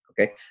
Okay